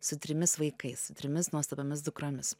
su trimis vaikaissu trimis nuostabiomis dukromis